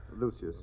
lucius